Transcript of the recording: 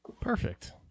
perfect